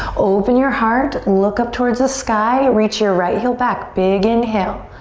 open your heart, look up towards the sky. reach your right heel back, big inhale.